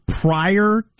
prior